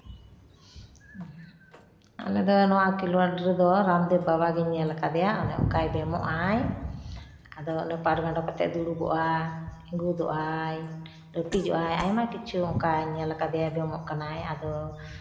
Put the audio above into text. ᱟᱞᱮ ᱫᱚ ᱱᱚᱣᱟ ᱠᱷᱮᱞᱳᱰ ᱨᱮᱫᱚ ᱨᱟᱢᱫᱮᱵᱽ ᱵᱟᱵᱟ ᱜᱤᱧ ᱧᱮᱞ ᱠᱟᱫᱮᱭᱟ ᱚᱱᱮ ᱚᱝᱠᱟᱭ ᱵᱮᱭᱟᱢᱚᱜᱼᱟᱭ ᱟᱫᱚ ᱚᱱᱮ ᱯᱟᱱᱜᱟᱸᱰᱳ ᱠᱟᱛᱮᱭ ᱫᱩᱲᱩᱵᱚᱜᱼᱟᱭ ᱤᱸᱜᱩᱫᱚᱜᱼᱟᱭ ᱞᱟᱹᱴᱤᱡᱚᱜᱼᱟᱭ ᱟᱭᱢᱟ ᱠᱤᱪᱷᱩ ᱚᱝᱠᱟᱧ ᱧᱮᱞ ᱠᱟᱫᱮᱭᱟ ᱵᱮᱭᱟᱢᱚᱜ ᱠᱟᱱᱟᱭ ᱟᱫᱚ